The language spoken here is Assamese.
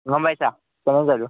গম পাইছা হ'ব বাৰু